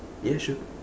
ya sure